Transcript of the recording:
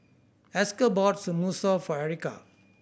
Esker bought Samosa for Erica